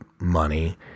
money